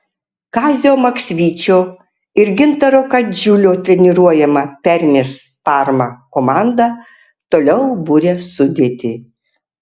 kazio maksvyčio ir gintaro kadžiulio treniruojama permės parma komanda toliau buria sudėtį